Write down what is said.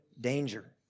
danger